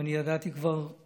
אני ידעתי כבר